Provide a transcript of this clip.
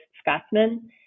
Scotsman